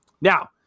Now